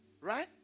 Right